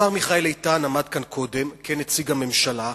השר מיכאל איתן עמד כאן קודם כנציג הממשלה,